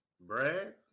Brad